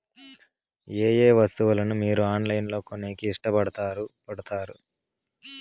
ఏయే వస్తువులను మీరు ఆన్లైన్ లో కొనేకి ఇష్టపడుతారు పడుతారు?